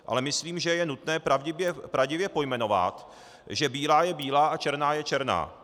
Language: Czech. Ale myslím, že je nutné pravdivě pojmenovat, že bílá je bílá a černá je černá.